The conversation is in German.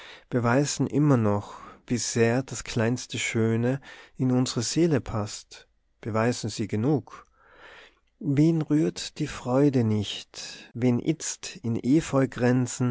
beweisen immer noch wie sehr das kleinste schöne in unsre seele passt beweisen sie genug wen rührt die freude nicht wenn itzt in